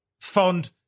fond